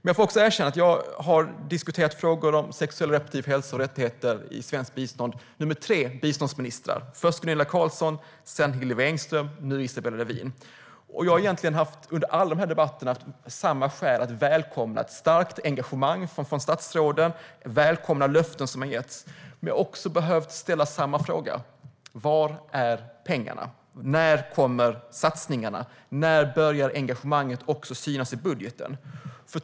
Jag har nu diskuterat frågor om sexuell och reproduktiv hälsa och rättigheter i svenskt bistånd med tre biståndsministrar - först Gunilla Carlsson, sedan Hillevi Engström och nu Isabella Lövin. Jag har under alla dessa debatter haft samma skäl att välkomna starkt engagemang från statsråden och löften som de har gett. Men jag har också behövt ställa samma frågor: Var är pengarna? När kommer satsningarna? När börjar engagemanget synas i budgeten?